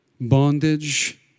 bondage